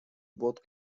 both